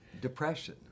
Depression